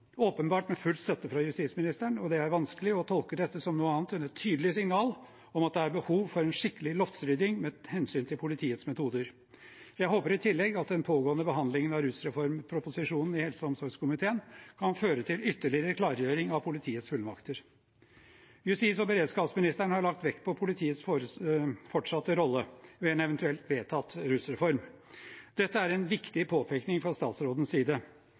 åpenbart med full støtte fra justisministeren – og det er vanskelig å tolke dette som annet enn et tydelig signal om at det er behov for en skikkelig loftsrydding med hensyn til politiets metoder. Jeg håper i tillegg at den pågående behandlingen av rusreformproposisjonen i helse- og omsorgskomiteen kan føre til ytterligere klargjøring av politiets fullmakter. Justis- og beredskapsministeren har lagt vekt på politiets fortsatte rolle ved en eventuelt vedtatt rusreform. Dette er en viktig påpekning fra statsrådens side.